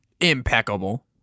Impeccable